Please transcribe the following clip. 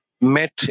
met